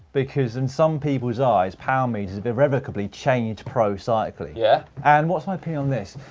because in some peoples' eyes, power metres have irrevocably changed pro cycling. yeah? and what's my opinion on this?